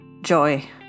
joy